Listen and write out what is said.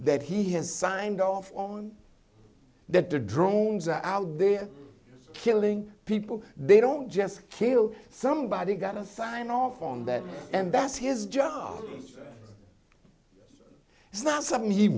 that he has signed off on that the drones are out there killing people they don't just kill somebody got to sign off on them and that's his job it's not something he